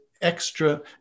extra